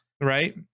right